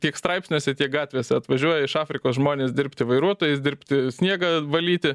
tiek straipsniuose tiek gatvėse atvažiuoja iš afrikos žmonės dirbti vairuotojais dirbti sniegą valyti